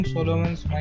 Solomon's